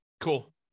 Cool